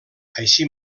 així